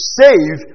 save